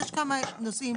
יש כמה נושאים